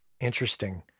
Interesting